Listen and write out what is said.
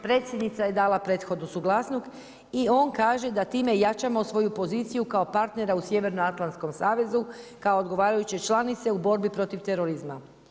Predsjednica je dala prethodnu suglasnost i on kaže da time jačamo svoju poziciju kao partnera u Sjevernoatlantskom savezu kao odgovarajuće članice u borbi protiv terorizma.